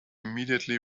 immediately